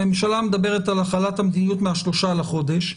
הממשלה מדברת על החלת המדיניות מה-3 בחודש,